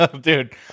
dude